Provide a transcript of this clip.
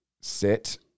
sit